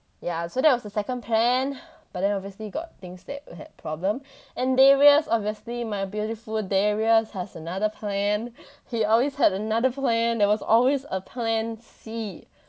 yeah so that was the second plan but then obviously got things that had problem and they darius obviously my beautiful darius has another plan he always had another plan there was always a plan C